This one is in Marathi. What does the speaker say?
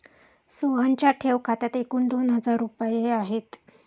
सोहनच्या ठेव खात्यात एकूण दोन हजार रुपये आहेत